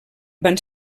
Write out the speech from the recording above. van